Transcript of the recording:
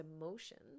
emotions